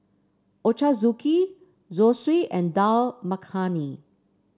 Ochazuke Zosui and Dal Makhani